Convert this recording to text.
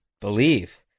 believe